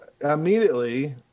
immediately